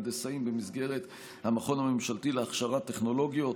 הנדסאים במסגרת המכון הממשלתי להכשרה טכנולוגית,